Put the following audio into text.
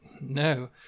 No